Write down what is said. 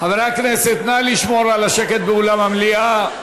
חברי הכנסת, נא לשמור על השקט באולם המליאה.